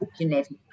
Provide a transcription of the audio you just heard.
genetic